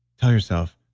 tell yourself,